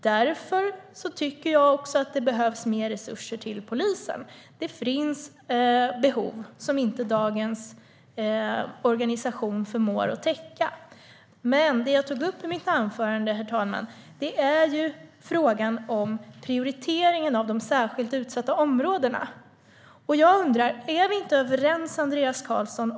Därför tycker jag att det behövs mer resurser till polisen. Det finns behov som inte dagens organisation förmår att täcka. Men det jag tog upp i mitt anförande, herr talman, var frågan om prioriteringen av de särskilt utsatta områdena. Jag undrar: Är vi inte överens, Andreas Carlson?